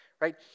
right